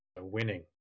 winning